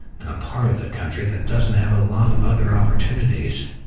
and a part of the country that doesn't have a lot of other opportunities.